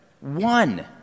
One